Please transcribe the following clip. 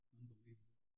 unbelievable